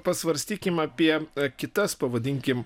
pasvarstykim apie kitas pavadinkim